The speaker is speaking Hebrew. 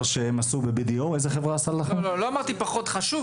שהם עשו ב-BDO --- לא אמרתי פחות חשוב.